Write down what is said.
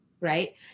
right